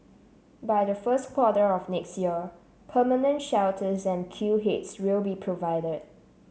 by the first quarter of next year permanent shelters and queue heads will be provided